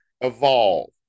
evolve